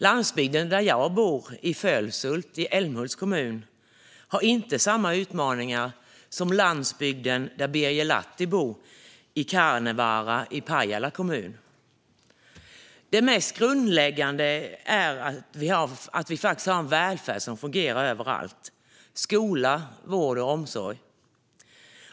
Landsbygden där jag bor, i Fölshult i Älmhults kommun, har inte samma utmaningar som landsbygden där Birger Lathi bor, i Kaarnevaara i Pajala kommun. Det mest grundläggande är att vi har en välfärd som fungerar överallt - skola, vård och omsorg.